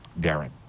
Darren